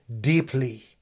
deeply